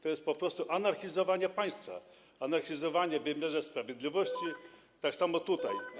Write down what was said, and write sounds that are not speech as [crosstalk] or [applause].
To jest po prostu anarchizowanie państwa, anarchizowanie w wymiarze sprawiedliwości, [noise] tak samo tutaj.